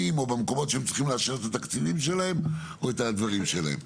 או במקומות שהם צריכים לאשר את התקציבים או את הדברים שלהם.